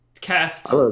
cast